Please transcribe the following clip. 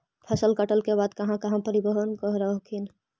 फसल कटल के बाद कहा कहा परिबहन कर हखिन?